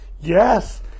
Yes